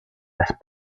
las